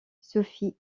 sophie